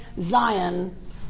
Zion